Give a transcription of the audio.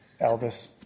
Elvis